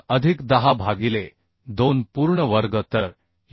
2 अधिक 10 भागिले 2 पूर्ण वर्ग म्हणून शोधू शकतो